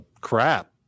crap